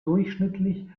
durchschnittlich